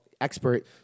expert